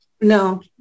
No